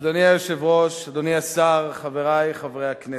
אדוני היושב-ראש, אדוני השר, חברי חברי הכנסת,